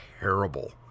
terrible